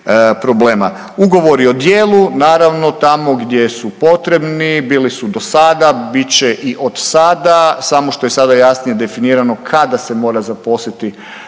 Ugovori o djelu naravno tamo gdje su potrebni, bili su do sada, bit će i od sada samo što je sada jasnije definirano kada se mora zaposliti